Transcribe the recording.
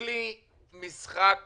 ככלי משחק